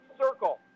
circle